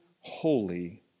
holy